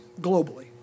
globally